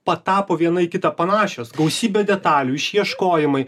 patapo viena į kitą panašios gausybė detalių išieškojimai